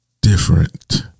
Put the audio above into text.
different